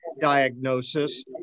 diagnosis